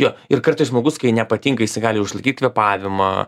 jo ir kartais žmogus kai nepatinka jisai gali užlaikyt kvėpavimą